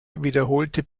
wiederholte